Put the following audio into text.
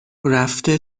رفته